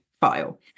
file